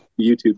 youtube